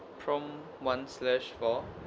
from one slash four